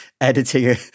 editing